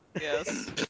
Yes